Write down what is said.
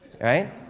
right